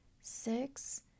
six